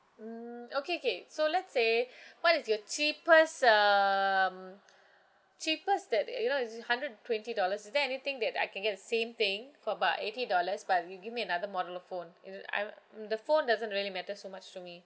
mm okay okay so let's say what is your cheapest um cheapest that you know is just hundred twenty dollars is there anything that I can get a same thing for about eighty dollars but you give me another model of phone you know I uh mm the phone doesn't really matter so much to me